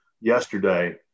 yesterday